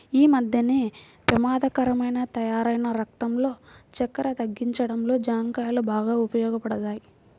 యీ మద్దెన పెమాదకరంగా తయ్యారైన రక్తంలో చక్కెరను తగ్గించడంలో జాంకాయలు బాగా ఉపయోగపడతయ్